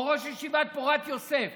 או ראש ישיבת פורת יוסף